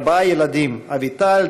ארבעה ילדים: אביטל,